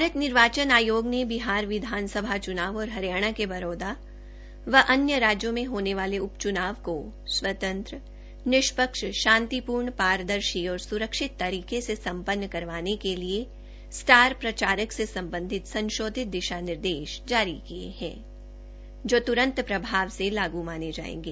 भारत निर्वाचन आयोग ने बिहार विधानसभा च्नाव और हरियाणा के बरोदा व अन्य राज्यों में होने वाले उपच्नाव को स्वतंत्र निष्पक्ष शांतिपूर्ण पारदर्शी और स्रक्षित तरीके से सम्पन्न करवाने के लिए स्टार प्रचारक से संबंधित संशोधित दिशा निर्देश जारी किए हैं जो त्रंत प्रभाव से लागू माने जाएंगे